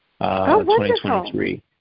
2023